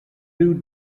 route